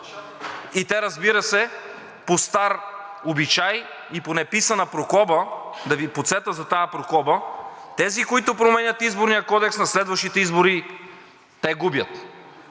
И те, разбира се, по стар обичай и по неписана прокоба, да Ви подсетя за тази прокоба – тези, които променят Изборния кодекс, на следващите избори те губят